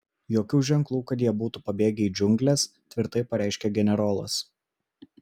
jokių ženklų kad jie būtų pabėgę į džiungles tvirtai pareiškė generolas